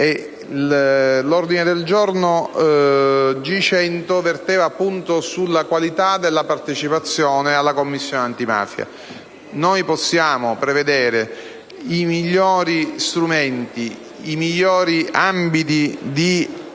L'ordine del giorno G100 verteva appunto sulla qualità della partecipazione alla Commissione antimafia: possiamo prevedere i migliori strumenti e i migliori ambiti di operatività